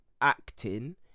acting